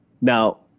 now